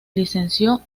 licenció